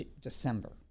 December